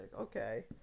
okay